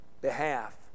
behalf